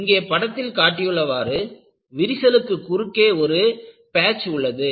இங்கே படத்தில் காட்டியுள்ளவாறு விரிசலுக்கு குறுக்கே செங்குத்தாக ஒரு பேச் உள்ளது